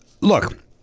Look